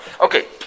Okay